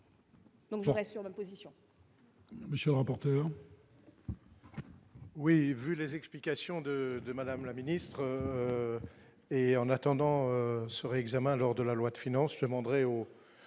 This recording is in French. Donc je reste sur la position.